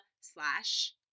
slash